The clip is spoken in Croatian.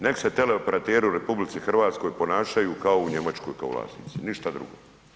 Nek se teleoperateri u RH ponašaju kao u Njemačkoj kao vlasnici, ništa drugo.